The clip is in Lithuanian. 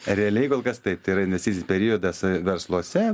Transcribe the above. realiai kol kas taip tai yra investicinis periodas versluose